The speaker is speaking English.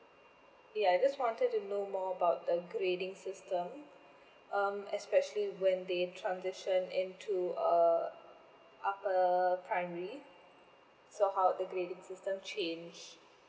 ya I just wanted to know more about the grading system um especially when they transition into uh upper primary so how the grading system changed